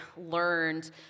learned